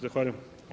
Zahvaljujem.